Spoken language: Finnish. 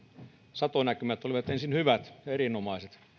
satonäkymät olivat ensin hyvät ja erinomaiset